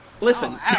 listen